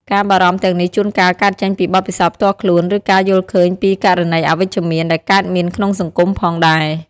ការបារម្ភទាំងនេះជួនកាលកើតចេញពីបទពិសោធន៍ផ្ទាល់ខ្លួន ឬការយល់ឃើញពីករណីអវិជ្ជមានដែលកើតមានក្នុងសង្គមផងដែរ ។